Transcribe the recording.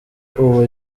ubu